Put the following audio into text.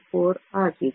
974 ಆಗಿದೆ